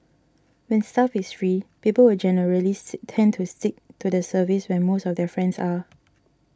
when stuff is free people will generally say tend to stick to the service where most of their friends are